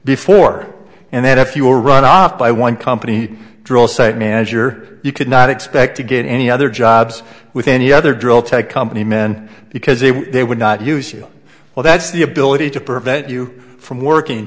before and then if you were run off by one company drill site manager you could not expect to get any other jobs with any other drill tech company men because they would not use you well that's the ability to prevent you from working